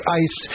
ice